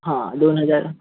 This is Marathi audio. हां दोन हजार